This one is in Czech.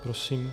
Prosím.